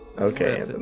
Okay